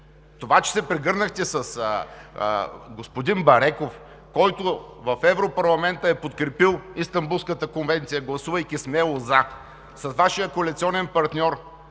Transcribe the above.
Това, че се прегърнахте с господин Бареков, който в Европарламента е подкрепил Истанбулската конвенция, гласувайки смело „за“ с Вашия коалиционен партньор